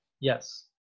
Yes